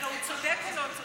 הוא צודק או לא צודק?